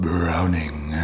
Browning